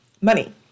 money